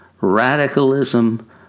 radicalism